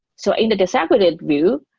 so in the disaggregated view,